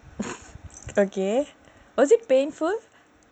okay was it painful